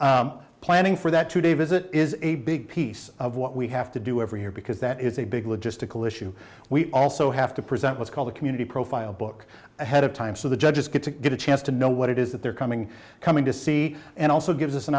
month planning for that two day visit is a big piece of what we have to do every year because that is a big logistical issue we also have to present what's called a community profile book ahead of time so the judges get to get a chance to know what it is that they're coming coming to see and also gives us an